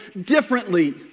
differently